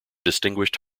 distinguished